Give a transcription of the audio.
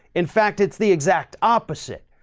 in fact, it's the exact opposite.